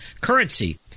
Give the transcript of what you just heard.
Currency